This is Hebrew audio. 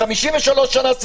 53 שנה,